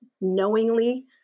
knowingly